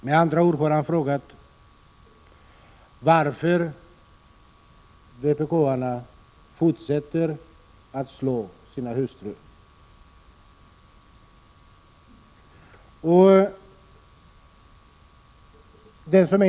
Med andra ord har han frågat varför vpk-arna fortsätter att slå sina hustrur.